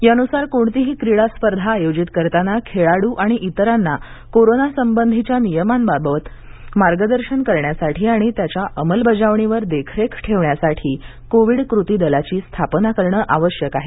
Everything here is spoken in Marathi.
यानुसार कोणतीही क्रीडा स्पर्धा आयोजित करताना खेळाडू आणि इतरांना कोरोना संबंधीच्या नियमांबाबत मार्गदर्शन करण्यासाठी आणि त्याच्या अंमलबजावणीवर देखरेख ठेवण्यासाठी कोविड कृती दलाची स्थापना करणं आवश्यक आहे